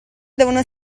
devono